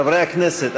חברי הכנסת,